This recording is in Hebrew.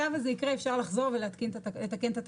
היה וזה יקרה אפשר לחזור ולהתקין או לתקן את התקנה.